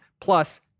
plus